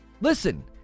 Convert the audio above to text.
listen